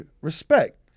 respect